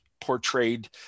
portrayed